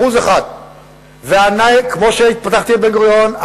1%. כמו שפתחתי בבן-גוריון,